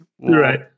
Right